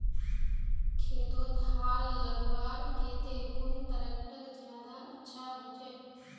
खेतोत हाल लगवार केते कुन ट्रैक्टर ज्यादा अच्छा होचए?